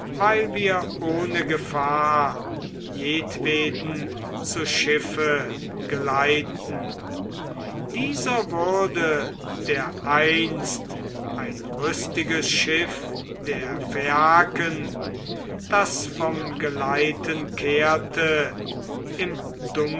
weil wir ohne gefahr jedweden zu schiffe geleiten dieser würde dereinst ein treffliches schiff der phaiaken das vom geleiten kehrte im